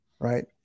right